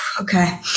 Okay